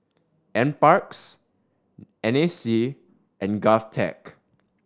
Nparks N A C and GovTech